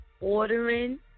ordering